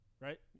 Right